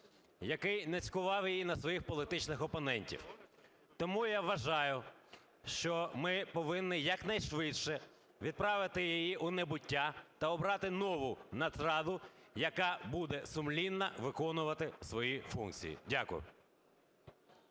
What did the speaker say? який нацькував її на своїх політичних опонентів. Тому я вважаю, що ми повинні якнайшвидше відправити її у небуття та обрати нову Нацраду, яка буде сумлінно виконувати свої функції. Дякую.